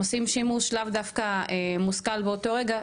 הם עושים שימוש לאו דווקא מושכל באותו רגע,